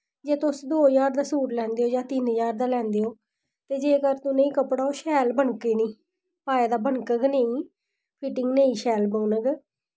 जे तुस दो ज्हार दा सूट लैंदे ओ जां तिन्न ज्हार दा लैंदे ओ ते जेकर तुसें ओह् कपड़ा शैल बनकै निं पाए दा बनकग नेईं फिटिंग नेईं शैल बनग